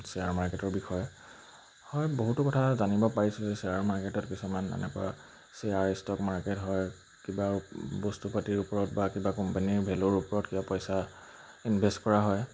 share মাৰ্কেটৰ বিষয়ে হয় বহুতো কথা জানিব পাৰিছোঁ যে শ্বেয়াৰ মাৰ্কেটত কিছুমান এনেকুৱা শ্বেয়াৰ ষ্টক মাৰ্কেট হয় কিবা বস্তু পাতিৰ ওপৰত বা কিবা কোম্পেনীৰ ভেল্যুৰ ওপৰত কিবা পইচা ইনভেষ্ট কৰা হয়